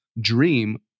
dream